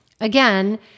Again